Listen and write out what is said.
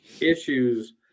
issues